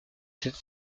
cet